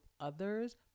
others